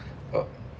uh